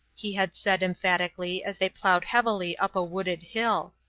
he had said emphatically as they ploughed heavily up a wooded hill.